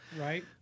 Right